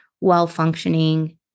well-functioning